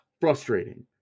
frustrating